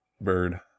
bird